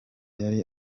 yari